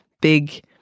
big